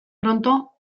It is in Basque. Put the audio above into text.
pronto